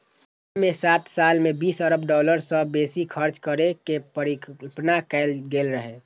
अय मे सात साल मे बीस अरब डॉलर सं बेसी खर्च करै के परिकल्पना कैल गेल रहै